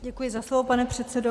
Děkuji za slovo, pane předsedo.